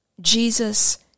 Jesus